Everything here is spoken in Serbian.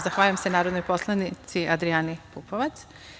Zahvaljujem se narodnoj poslanici Adrijani Pupovac.